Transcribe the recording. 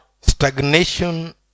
Stagnation